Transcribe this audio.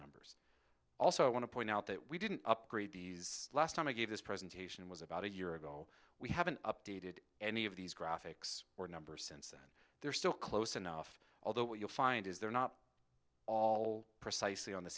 numbers also i want to point out that we didn't upgrade these last time i gave this presentation was about a year ago we haven't updated any of these graphics or numbers since and they're still close enough although what you'll find is they're not all precisely on the